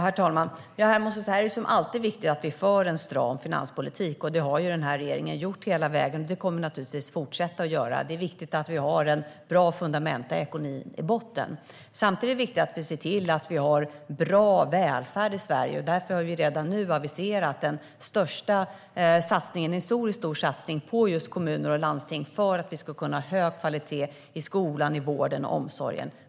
Herr talman! Som alltid är det viktigt att vi för en stram finanspolitik. Det har regeringen gjort hela vägen, och det kommer vi naturligtvis att fortsätta att göra. Det är viktigt att vi har bra fundamenta i ekonomin i botten. Samtidigt är det viktigt att vi ser till att vi har bra välfärd i Sverige. Därför har vi redan nu aviserat en historiskt stor satsning på kommuner och landsting, för att vi ska kunna ha en hög kvalitet i skolan, vården och omsorgen.